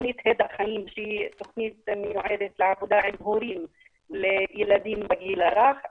תוכנית הד החיים שמיועדת לעבודה עם הורים לילדים בגיל הרך.